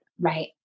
Right